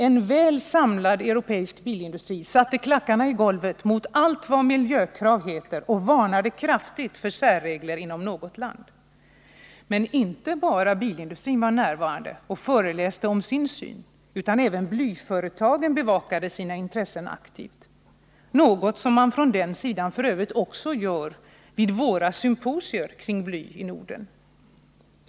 En väl samlad europeisk bilindustri satte klackarna i golvet mot allt vad miljökrav heter och varnade kraftigt för särregler inom något land. Men inte bara bilindustrin var närvarande och föreläste om sin syn, utan även blyföretagen bevakade sina intressen aktivt, något som man från den sidan f. ö. också gör vid våra symposier kring bly i Norden.